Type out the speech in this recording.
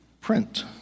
print